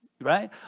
Right